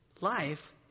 life